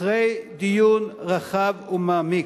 אחרי דיון רחב ומעמיק,